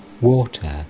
Water